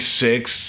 six